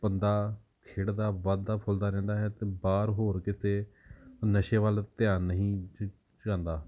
ਬੰਦਾ ਖੇਡਦਾ ਵੱਧਦਾ ਫੁੱਲਦਾ ਰਹਿੰਦਾ ਹੈ ਅਤੇ ਬਾਹਰ ਹੋਰ ਕਿਤੇ ਨਸ਼ੇ ਵੱਲ ਧਿਆਨ ਨਹੀਂ ਜ ਜਾਂਦਾ